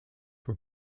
were